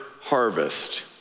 harvest